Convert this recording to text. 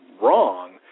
wrong